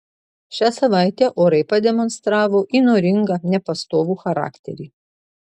šią savaitę orai pademonstravo įnoringą nepastovų charakterį